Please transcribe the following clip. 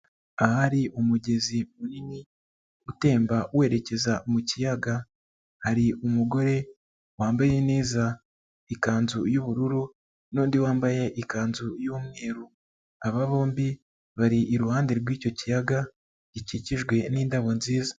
Ahari umugezi munini utemba werekeza mu kiyaga, hari umugore wambaye neza. lkanzu y'ubururu, n'undi wambaye ikanzu y'umweru, aba bombi bari iruhande rw'icyo kiyaga, gikikijwe n'indabo nziza.